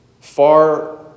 far